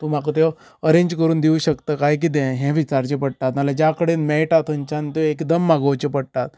तूं म्हाका त्यो अरेंज करून दिवूंक शकता कांय कितें हे विचारचें पडटा नाल्यार ज्या कडेन मेळटा थंयच्यान तो एकदम मागोवचो पडटात